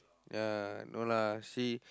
ya no lah she